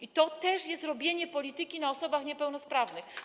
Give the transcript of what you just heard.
I to też jest robienie polityki na osobach niepełnosprawnych.